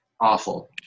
Awful